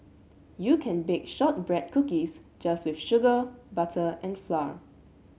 you can bit shortbread cookies just with sugar butter and flour